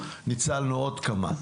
ניצלנו עוד כמה.